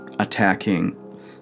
Attacking